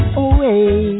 away